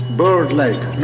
bird-like